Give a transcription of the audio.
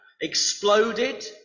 exploded